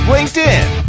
LinkedIn